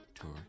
tour